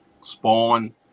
spawn